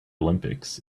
olympics